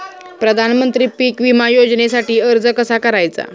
प्रधानमंत्री पीक विमा योजनेसाठी अर्ज कसा करायचा?